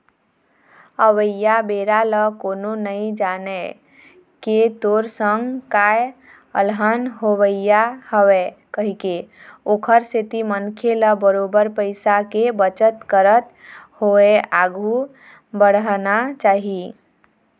अवइया बेरा ल कोनो नइ जानय के तोर संग काय अलहन होवइया हवय कहिके ओखर सेती मनखे ल बरोबर पइया के बचत करत होय आघु बड़हना चाही